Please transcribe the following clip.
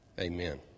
Amen